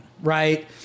right